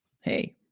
Hey